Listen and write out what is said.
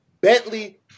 Bentley